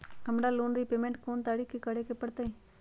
हमरा loan repayment कोन तारीख के करे के परतई?